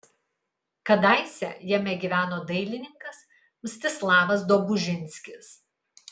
kadaise jame gyveno dailininkas mstislavas dobužinskis